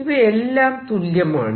ഇവയെല്ലാം തുല്യമാണ്